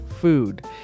food